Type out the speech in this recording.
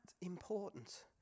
important